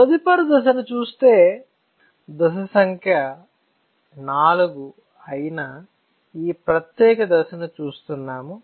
తదుపరి దశను చూస్తే దశ సంఖ్య IV అయిన ఈ ప్రత్యేక దశను చూస్తున్నాము